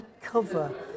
cover